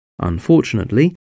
Unfortunately